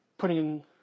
putting